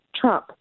Trump